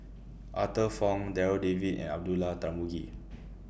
Arthur Fong Darryl David and Abdullah Tarmugi